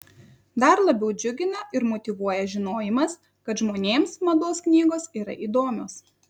dar labiau džiugina ir motyvuoja žinojimas kad žmonėms mados knygos yra įdomios